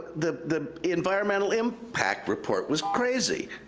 the the environmental impact report was crazy.